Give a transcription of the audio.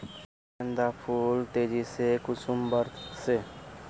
गेंदा फुल तेजी से कुंसम बार से?